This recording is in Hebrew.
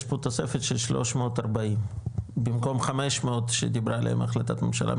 יש פה תוספת של 340 במקום 500 שדיברה עליהם החלטת ממשלה,